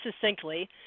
succinctly